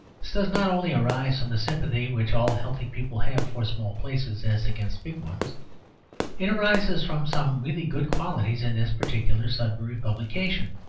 this does not only arise from the sympathy which all healthy people have for small places as against big ones it arises from some really good qualities in this particular sudbury publication.